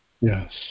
Yes